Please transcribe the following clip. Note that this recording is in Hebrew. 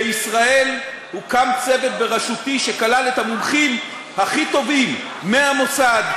בישראל הוקם צוות בראשותי שכלל את המומחים הכי טובים מהמוסד,